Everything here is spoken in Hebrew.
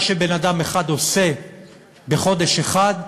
מה שבן-אדם אחד עושה בחודש אחד,